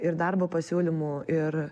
ir darbo pasiūlymų ir